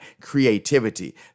creativity